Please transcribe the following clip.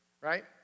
right